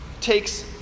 takes